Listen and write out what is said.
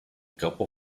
couple